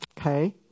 Okay